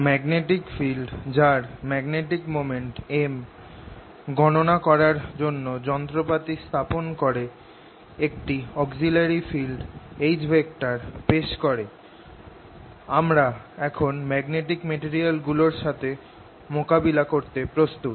magnetic field যার magnetic moment M গণনা করার জন্য যন্ত্রপাতি স্থাপন করে একটা অক্সিলিয়ারি ফিল্ড H পেশ করে আমরা এখন ম্যাগনেটিক মেটেরিয়াল গুলোর সাথে মোকাবিলা করতে প্রস্তুত